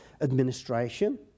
administration